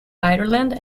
ireland